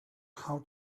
how